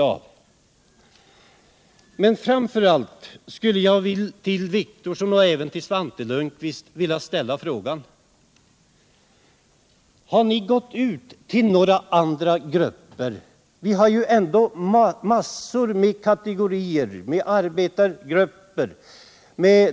Jag skulle framför allt till Åke Wictorsson och även till Svante Lundkvist vilja ställa frågan: Har ni gått ut till andra motsvarande grupper på samma sätt som ni gör på detta område?